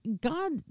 God